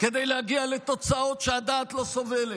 כדי להגיע לתוצאות שהדעת לא סובלת.